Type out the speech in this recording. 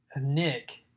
Nick